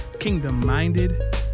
kingdom-minded